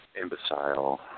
imbecile